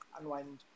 unwind